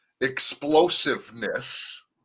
explosiveness